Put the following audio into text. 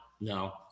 no